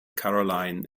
caroline